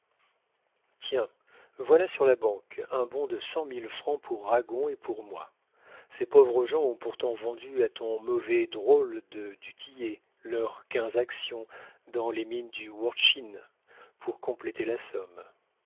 tiens voilà sur la banque un bon de cent mille francs pour ragon et pour moi ces pauvres gens ont pourtant vendu à ton mauvais drôle de du tillet leurs quinze actions dans les mines de wortschin pour compléter la somme